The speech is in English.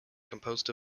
composed